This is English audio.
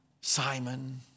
Simon